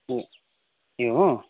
ओ ए हो